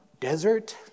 desert